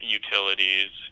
utilities